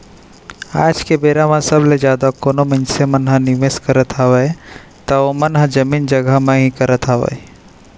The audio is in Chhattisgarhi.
आज के बेरा म सबले जादा कोनो मनसे मन ह निवेस करत हावय त ओमन ह जमीन जघा म ही करत हावय